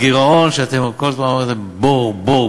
הגירעון שאתם כל הזמן אמרתם: בואו,